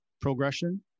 progression